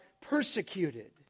persecuted